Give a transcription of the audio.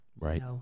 Right